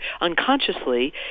unconsciously